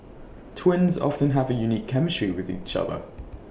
twins often have A unique chemistry with each other